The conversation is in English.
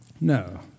No